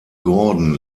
gordon